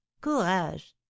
courage